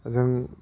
जों